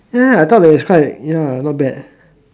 ya I thought that was quite ya not bad